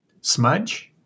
smudge